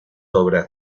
obras